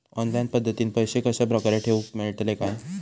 Online पद्धतीन पैसे कश्या प्रकारे ठेऊक मेळतले काय?